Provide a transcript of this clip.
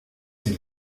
ces